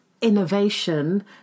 innovation